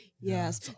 Yes